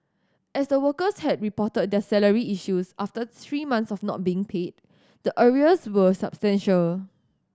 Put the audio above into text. as the workers had reported their salary issues after three months of not being paid the arrears were substantial